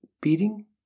beating